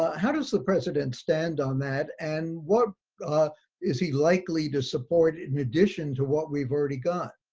how does the president stand on that and what is he likely to support in addition to what we've already got?